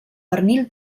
pernil